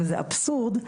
וזה אבסורד,